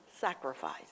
Sacrifice